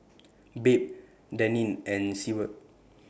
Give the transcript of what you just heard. Babe Daneen and Seward